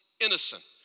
innocent